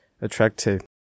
attractive